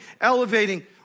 elevating